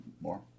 More